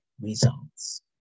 results